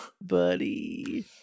buddy